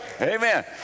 Amen